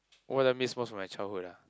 what I miss most from my childhood ah